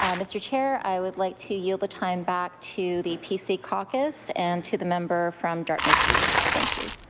um mr. chair, i would like to yield the time back to the pc caucus and to the member from dartmouth east. thank you.